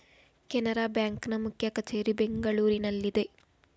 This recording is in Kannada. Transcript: ಕೆನರಾ ಬ್ಯಾಂಕ್ ನ ಮುಖ್ಯ ಕಚೇರಿ ಬೆಂಗಳೂರಿನಲ್ಲಿದೆ